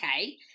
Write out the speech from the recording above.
okay